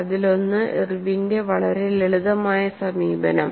അതിലൊന്നാണ് ഇർവിന്റെ വളരെ ലളിതമായ സമീപനം